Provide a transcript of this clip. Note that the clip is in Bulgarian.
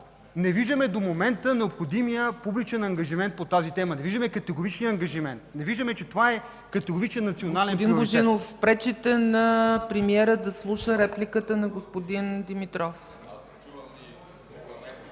не виждаме до момента необходимия публичен ангажимент по тази тема. Не виждаме категоричния ангажимент, не виждаме, че това е категоричен национален приоритет.